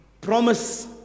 promise